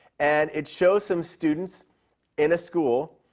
and it shows some students in a school,